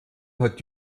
hat